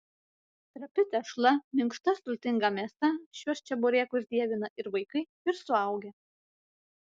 trapi tešla minkšta sultinga mėsa šiuos čeburekus dievina ir vaikai ir suaugę